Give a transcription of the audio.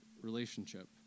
relationship